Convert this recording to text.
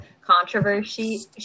controversy